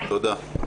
תודה.